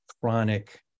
chronic